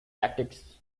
tactics